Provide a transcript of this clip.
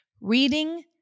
reading